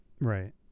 Right